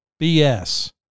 BS